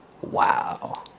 Wow